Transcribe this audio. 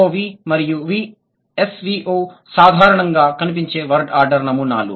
SOV మరియు SVO సాధారణంగా కనిపించే వర్డ్ ఆర్డర్ నమూనాలు